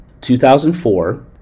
2004